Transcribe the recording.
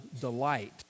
delight